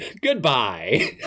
Goodbye